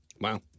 Wow